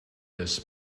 this